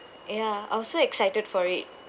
ya I was so excited for it